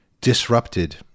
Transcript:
disrupted